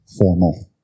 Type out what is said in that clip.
formal